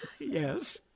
Yes